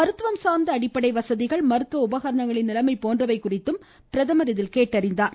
மருத்துவம் சார்ந்த அடிப்படை வசதிகள் மருத்துவ உபகரணங்களின் நிலைமை போன்றவை குறித்தும் பிரதமர் இதில் கேட்டறிந்தார்